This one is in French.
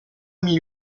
mille